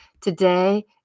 Today